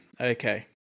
okay